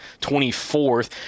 24th